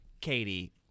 katie